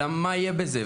אלא מה יהיה בזה.